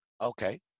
Okay